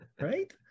right